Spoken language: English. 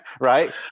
right